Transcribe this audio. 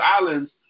islands